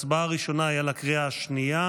הצבעה ראשונה היא על הקריאה השנייה